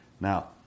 Now